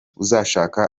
uzashaka